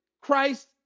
Christ